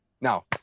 Now